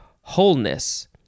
wholeness